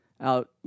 out